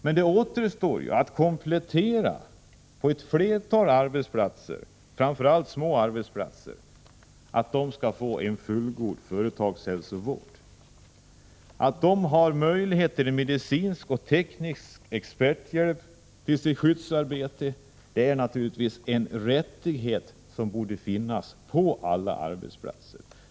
Men det återstår mycket på ett flertal arbetsplatser — framför allt små arbetsplatser — för att de skall få en fullgod företagshälsovård. Tillgång till medicinsk och teknisk experthjälp i skyddsarbetet är naturligtvis en rättighet som borde finnas på alla arbetsplatser.